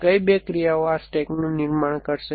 કઈ બે ક્રિયાઓ આ સ્ટેકનું નિર્માણ કરશે